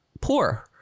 poor